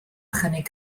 chynnig